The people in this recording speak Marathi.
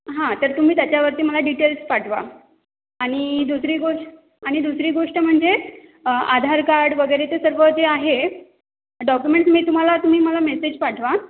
हां तर तुम्ही त्याच्यावरती मला डिटेल्स पाठवा आणि दुसरी गोश आणि दुसरी गोष्ट म्हणजे आधार कार्ड वगैरे ते सर्व जे आहे डॉक्युमेंटस मी तुम्हाला तुम्ही मला मेसेज पाठवा